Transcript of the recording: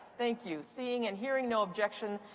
thank you. seeing and hearing no objection,